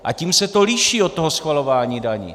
A tím se to liší od toho schvalování daní.